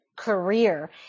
Career